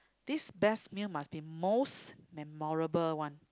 this best meal must be most memorable one